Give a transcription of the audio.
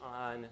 on